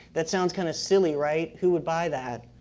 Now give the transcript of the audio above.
that sounds kinda silly, right, who would buy that?